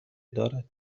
دارد